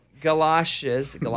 galoshes